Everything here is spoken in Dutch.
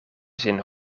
zin